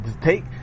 take